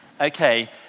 Okay